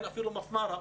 אפילו אין מפמ"ר.